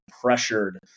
pressured